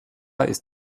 ist